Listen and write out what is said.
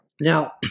Now